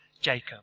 Jacob